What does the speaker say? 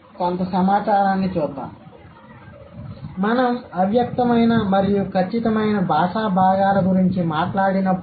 కాబట్టి మేము అవ్యక్తమైన మరియు ఖచ్చితమైన బాషా భాగాల గురించి మాట్లాడినప్పుడు